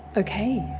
okay,